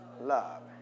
love